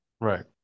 Right